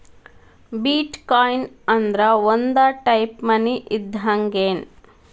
ಬಿಟ್ coin ಅಂದ್ರ ಒಂದ type money ಇದ್ದಂಗ್ಗೆನ್